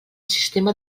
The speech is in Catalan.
sistema